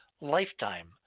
lifetime